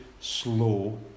slow